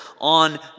on